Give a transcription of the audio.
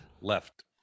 left